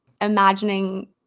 imagining